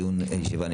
הישיבה נעולה.